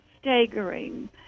staggering